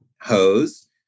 Hose